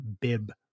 bib